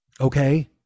okay